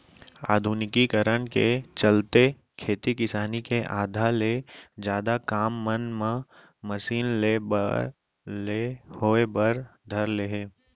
आधुनिकीकरन के चलते खेती किसानी के आधा ले जादा काम मन ह मसीन ले होय बर धर ले हे